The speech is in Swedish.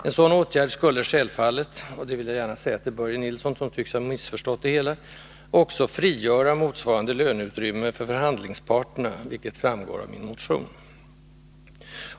En sådan åtgärd skulle självfallet — det vill jag gärna säga till Börje Nilsson, som tycks ha missförstått det hela — också frigöra motsvarande löneutrymme för förhandlingsparterna, vilket framgår av min motion.